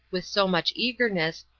with so much eagerness,